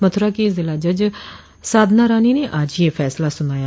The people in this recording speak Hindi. मथुरा की जिला जज साधना रानी ने आज यह फैसला सनाया